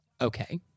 Okay